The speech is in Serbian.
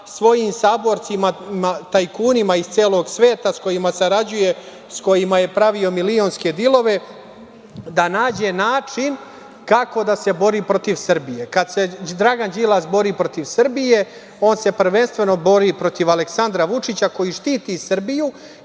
svojim saborcima, tajkunima iz celog sveta, s kojima sarađuje, s kojima je pravio milionske dilove da nađe način kako da se bori protiv Srbije. Kada se Dragan Đilas bori protiv Srbije, on se prvenstveno bori i protiv Aleksandra Vučića koji štiti Srbiju